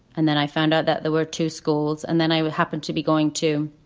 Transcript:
and then i found out that there were two schools. and then i happened to be going to